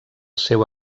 seu